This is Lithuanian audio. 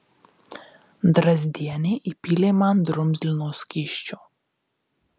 drazdienė įpylė man drumzlino skysčio